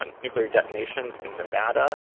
and nuclear detonations in nevada,